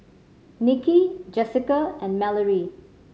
Niki Jessica and Mallorie